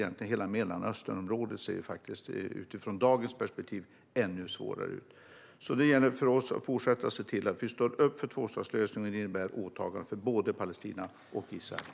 Egentligen gäller det nästan hela Mellanösternområdet, utifrån dagens perspektiv. För oss gäller det att fortsätta stå upp för tvåstatslösningen. Den innebär åtaganden för både Palestina och Israel.